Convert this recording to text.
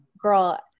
girl